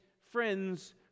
friends